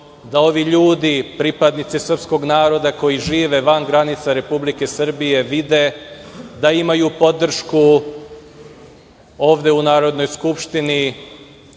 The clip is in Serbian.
da ovi ljudi pripadnici srpskog naroda koji žive van granica Republike Srbije vide da imaju podršku ovde u Narodnoj skupštini